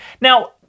now